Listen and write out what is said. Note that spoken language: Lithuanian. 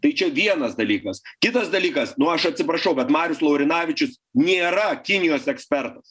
tai čia vienas dalykas kitas dalykas nu aš atsiprašau bet marius laurinavičius nėra kinijos ekspertas